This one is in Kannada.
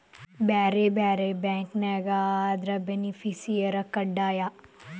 ಬ್ಯಾರೆ ಬ್ಯಾರೆ ಬ್ಯಾಂಕ್ ಆಗಿದ್ರ ಬೆನಿಫಿಸಿಯರ ಕಡ್ಡಾಯ